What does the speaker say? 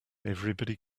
everybody